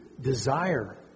desire